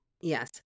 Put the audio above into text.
Yes